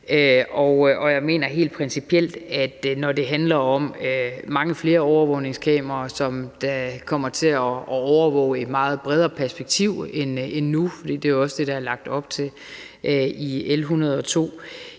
Jeg mener helt principielt, at når det handler om mange flere overvågningskameraer, som kommer til at overvåge et meget bredere perspektiv end nu, for det er jo også det, der er lagt op til i L 102,